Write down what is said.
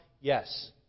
Yes